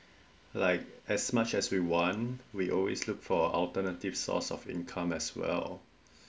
like as much as we wanted we always look for alternative source of income as well